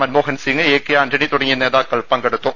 Manmohan Singh A K Antony തുടങ്ങിയ നേതാക്കൾ പങ്കെടുത്തു